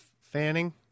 fanning